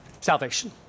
Salvation